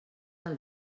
del